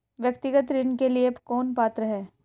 व्यक्तिगत ऋण के लिए कौन पात्र है?